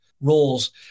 roles